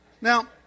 Now